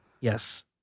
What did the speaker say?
Yes